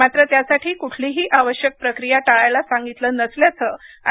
मात्र त्यासाठी कुठलीही आवश्यक प्रक्रिया टाळायला सांगितलं नसल्याचं आय